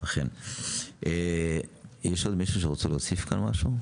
יש עוד מישהו שרוצה להוסיף משהו?